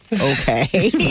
Okay